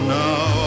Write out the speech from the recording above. now